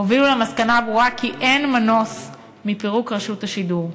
הובילו למסקנה הברורה כי אין מנוס מפירוק רשות השידור.